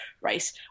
race